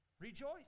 Rejoice